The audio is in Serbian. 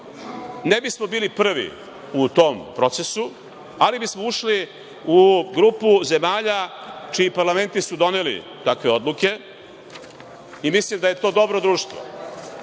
Ne bismo bili prvi u tom procesu, ali bismo ušli u grupu zemalja čiji parlamenti su doneli takve odluke i mislim da je to dobro društvo.